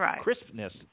crispness